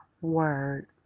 word